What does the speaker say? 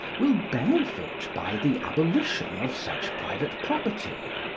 will benefit by the abolition of such private property.